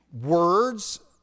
words